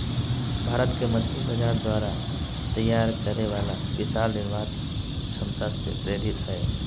भारत के मछली बाजार द्वारा तैयार करे वाला विशाल निर्यात क्षमता से प्रेरित हइ